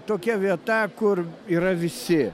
tokia vieta kur yra visi